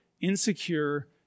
insecure